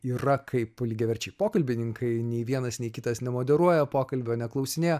yra kaip lygiaverčiai pokalbininkai nei vienas nei kitas nemoderuoja pokalbio neklausinėja